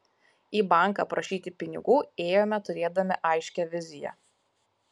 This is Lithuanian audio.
į banką prašyti pinigų ėjome turėdami aiškią viziją